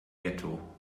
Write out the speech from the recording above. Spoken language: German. ghetto